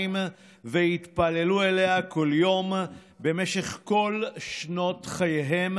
והתפללו אליה כל יום במשך כל שנות חייהם,